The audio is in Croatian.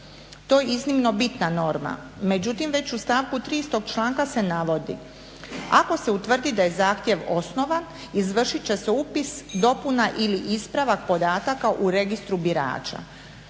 To je iznimno bitna norma, međutim već u stavku 3. istog članka se navodi: ako se utvrdi da je zahtjev osnovan izvršit će se upis, dopuna ili ispravak podataka u registru birača.